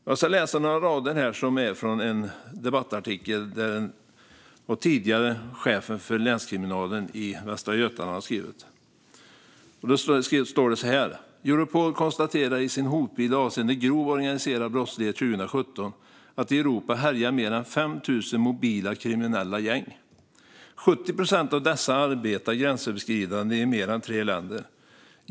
Jag ska läsa några rader ur en debattartikel som den tidigare chefen för länskriminalen i Västra Götaland har skrivit. Det står så här: Europol konstaterar i sin hotbild avseende grov organiserad brottslighet 2017 att i Europa härjar mer än 5 000 mobila kriminella gäng. 70 procent av dessa arbetar gränsöverskridande i mer än tre länder.